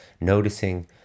noticing